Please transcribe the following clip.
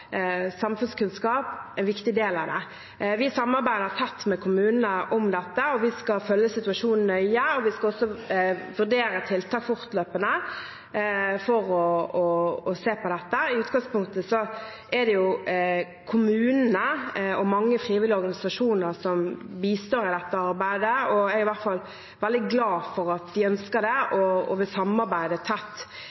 samfunnskunnskap en viktig del av det. Vi samarbeider tett med kommunene om dette, og vi skal følge situasjonen nøye. Vi skal også vurdere tiltak fortløpende for å se på dette. I utgangspunktet er det kommunene og mange frivillige organisasjoner som bistår i dette arbeidet. Jeg er veldig glad for at de ønsker det